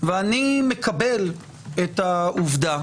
ואני מקבל את העובדה